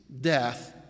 death